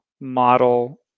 model